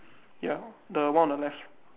ya the one on left